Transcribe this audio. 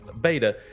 beta